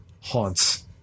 haunts